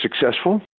successful